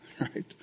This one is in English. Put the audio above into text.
right